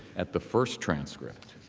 at the first transcript,